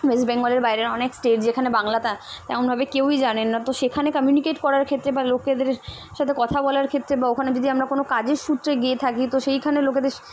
West বেঙ্গলের বাইরের অনেক স্টেট যেখানে বাংলা তমনভাবে কেউই জানেন না তো সেখানে কামিউনিকেট করার ক্ষেত্রে বা লোকেদের সাথে কথা বলার ক্ষেত্রে বা ওখানে যদি আমরা কোনো কাজের সূত্রে গিয়ে থাকি তো সেইখানে লোকেদের